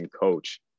coach